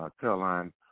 Caroline